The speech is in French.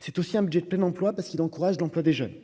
c'est aussi un budget de plein emploi, parce qu'il encourage l'emploi des jeunes